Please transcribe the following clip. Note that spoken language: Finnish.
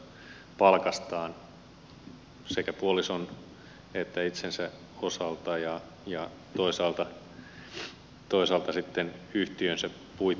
ensinnä henkilökohtaisesta palkastaan sekä puolison että itsensä osalta ja toisaalta sitten yhtiönsä puitteissa